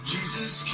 Jesus